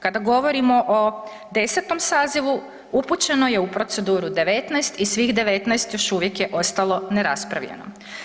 Kada govorimo o 10. sazivu upućeno je u proceduru 19. i svih 19 još uvijek je ostalo neraspravljeno.